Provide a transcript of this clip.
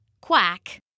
quack